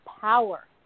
power